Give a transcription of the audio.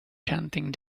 chanting